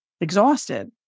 exhausted